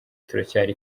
turacyari